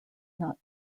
not